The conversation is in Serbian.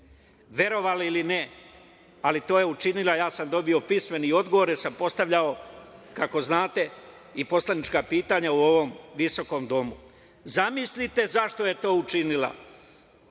Verovali ili ne, ali to je učinio, ja sam dobio pismeni odgovor, jer sam postavljao, kako znate, i poslanička pitanja u ovom visokom domu. Zamislite zašto je to učinila.